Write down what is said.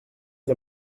est